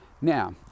Now